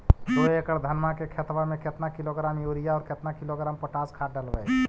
दो एकड़ धनमा के खेतबा में केतना किलोग्राम युरिया और केतना किलोग्राम पोटास खाद डलबई?